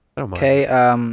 Okay